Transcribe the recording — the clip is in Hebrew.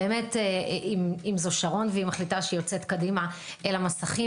אם זו שרון והיא מחליטה שיוצאת קדימה אל המסכים